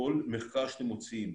כל מחקר שאתם מוציאים,